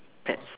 pets